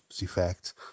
effect